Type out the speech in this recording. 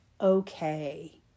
okay